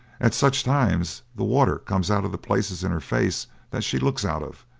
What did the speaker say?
at such times the water comes out of the places in her face that she looks out of,